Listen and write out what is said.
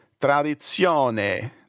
Tradizione